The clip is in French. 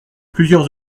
plusieurs